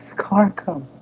car coming